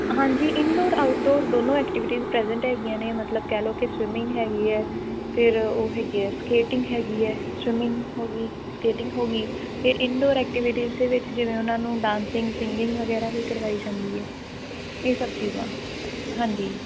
ਹਾਂਜੀ indoor outdoor ਦੋਨੋਂ activities present ਹੈਗੀਆਂ ਨੇ ਮਤਲਬ ਕਹਿ ਲਓ ਕਿ ਸਵਿਮਿੰਗ ਹੈਗੀ ਹੈ ਫਿਰ ਉਹ ਹੈਗੀ ਆ ਸਕੇਟਿੰਗ ਹੈਗੀ ਹੈ ਸਵੀਮਿੰਗ ਹੋ ਗਈ ਸਕੇਟਿੰਗ ਹੋ ਗਈ ਫਿਰ ਇਨਡੋਰ ਐਕਟੀਵਿਟੀਜ਼ ਦੇ ਵਿੱਚ ਜਿਵੇਂ ਉਹਨਾਂ ਨੂੰ ਡਾਂਸਿੰਗ ਸਿੰਗਿੰਗ ਵਗੈਰਾ ਵੀ ਕਰਵਾਈ ਜਾਂਦੀ ਹੈ ਇਹ ਸਭ ਚੀਜ਼ਾਂ ਹਾਂਜੀ